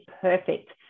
perfect